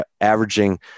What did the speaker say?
averaging –